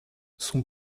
son